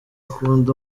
akunda